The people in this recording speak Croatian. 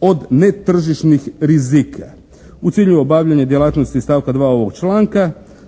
od netržišnih rizika. U cilju obavljanja djelatnosti iz stavka 2. ovog članka